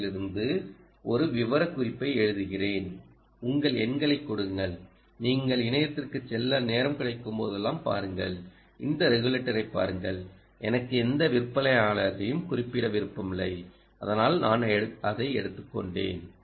ஓவிலிருந்து ஒரு விவரக்குறிப்பை எழுதுகிறேன் உங்கள் எண்களைக் கொடுங்கள் நீங்கள் இணையத்திற்குச் செல்ல நேரம் கிடைக்கும்போதெல்லாம் பாருங்கள் இந்த ரெகுலேட்டரைப் பாருங்கள் எனக்கு எந்த விற்பனையாளரையும் குறிப்பிட விருப்பம் இல்லை ஆனால் நான் அதை எடுத்துக்கொண்டேன்